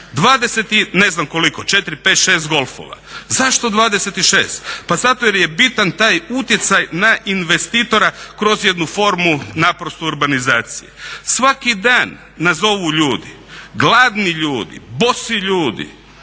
20 i ne znam koliko, 4, 5, 6 golfova. Zašto 26? Pa zato jer je bitan taj utjecaj na investitora kroz jednu formu naprosto urbanizacije. Svaki dan nazovu ljudi, gladni ljudi, bosi ljudi,